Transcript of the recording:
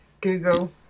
google